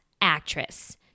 actress